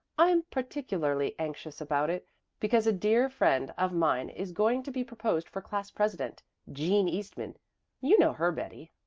i'm particularly anxious about it because a dear friend of mine is going to be proposed for class president jean eastman you know her, betty.